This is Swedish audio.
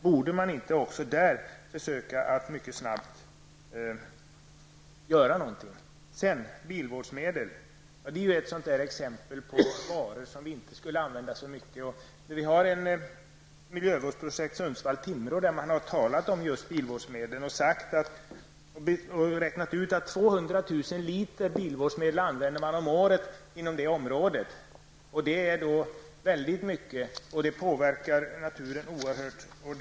Borde man inte också här försöka göra någonting mycket snart? Sedan till bilvårdsmedel. Här rör det sig om varor som vi inte borde använda så mycket av. Det finns ett miljövårdsprojekt Sundsvall--Timrå där man bl.a. tagit upp bilvårdsmedlen. Man har räknat ut att 200 000 liter bilvårdsmedel används årligen. Detta är väldigt mycket och påverkar i hög grad naturen.